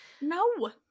No